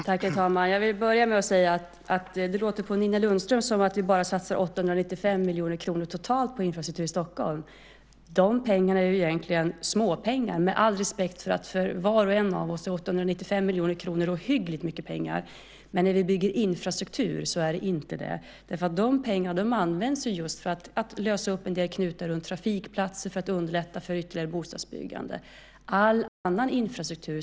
Herr talman! Jag vill börja med att säga att det låter på Nina Lundström som att vi bara satsar 895 miljoner kronor totalt på infrastruktur i Stockholm. Dessa pengar är egentligen småpengar - med all respekt för att för var och en av oss är 895 miljoner kronor ohyggligt mycket pengar, men när man bygger infrastruktur är det inte det. Dessa pengar används för att lösa upp en del knutar runt trafikplatser för att underlätta för ytterligare bostadsbyggande.